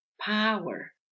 power